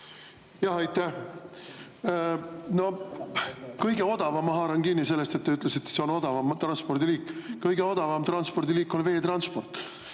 Aitäh! Kõige odavamast haaran kinni, sest te ütlesite, et see on odavam transpordiliik. Kõige odavam transpordiliik on veetransport.